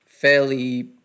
fairly